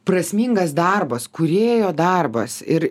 prasmingas darbas kūrėjo darbas ir